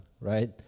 right